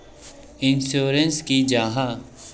Insurance की जाहा?